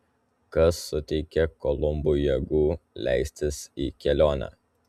kas suteikė kolumbui jėgų leistis į kelionę